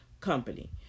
company